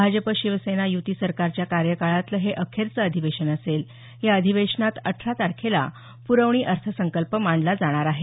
भाजप शिवसेना युती सरकारच्या कार्यकाळातलं हे अखेरचं अधिवेशन असेल या अधिवेशनात अठरा तारखेला प्रवणी अर्थसंकल्प मांडला जाणार आहे